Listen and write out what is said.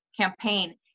campaign